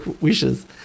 wishes